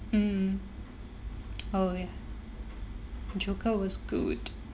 mm oh ya joker was good